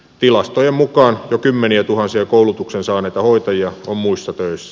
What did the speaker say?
tilastojen mukaan jo kymmeniätuhansia koulutuksen saaneita hoitajia on muissa töissä